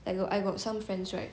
I got I got some friends right